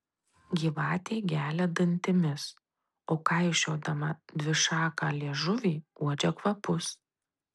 gyvatė gelia dantimis o kaišiodama dvišaką liežuvį uodžia kvapus